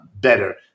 better